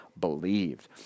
believed